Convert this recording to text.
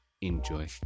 enjoy